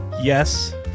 Yes